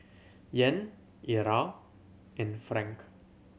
Yen Riyal and franc